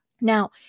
Now